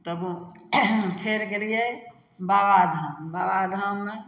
तब फेर गेलियै बाबाधाम बाबाधाममे